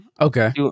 Okay